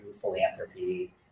philanthropy